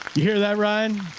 hear that ryan,